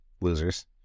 losers